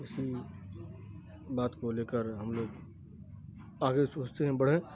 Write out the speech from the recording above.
اسی بات کو لے کر ہم لوگ آگے سوچتے ہیں بڑھیں